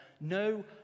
no